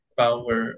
power